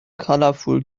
colorful